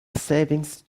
savings